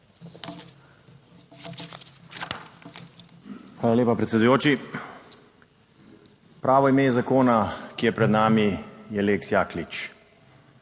Hvala lepa, predsedujoči. Pravo ime zakona, ki je pred nami, je lex Jaklič.